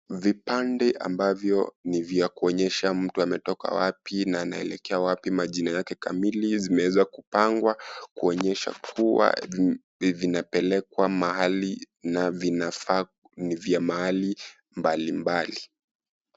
Vipande ambavyo ni vya kuonyesha mtu ametoka wapi na anaelekea wapi, majina yake kamili zimeweza kupangwa kuonyesha kuwa vinapelekwa mahali na vinafaa ni vya mahali mbali mbali.